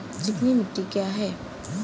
चिकनी मिट्टी क्या होती है?